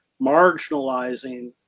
marginalizing